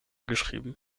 geschrieben